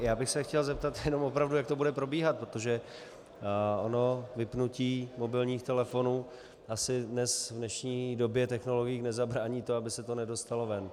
Já bych se chtěl zeptat jenom opravdu, jak to bude probíhat, protože ono vypnutí mobilních telefonů asi dnes, v dnešní době technologií, nezabrání, aby se to nedostalo ven.